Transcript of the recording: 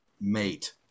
mate